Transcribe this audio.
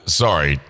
sorry